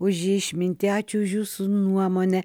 už išmintį ačiū už jūsų nuomonę